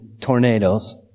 tornadoes